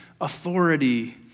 Authority